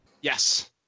Yes